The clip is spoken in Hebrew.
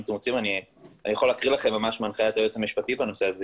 אם אתם רוצים אני יכול להקריא לכם ממש מהנחיית היועץ המשפטי בנושא הזה,